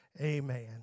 Amen